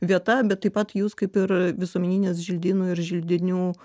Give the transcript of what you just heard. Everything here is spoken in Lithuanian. vieta bet taip pat jūs kaip ir visuomeninės želdynų ir želdinių